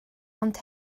ond